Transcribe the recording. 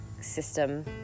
system